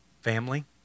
family